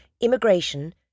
immigration